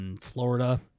Florida